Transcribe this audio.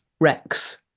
Rex